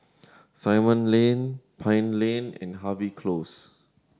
Simon Lane Pine Lane and Harvey Close